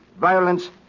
violence